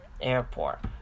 Airport